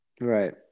right